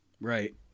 Right